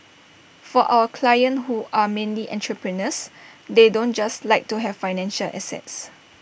for our clients who are mainly entrepreneurs they don't just like to have financial assets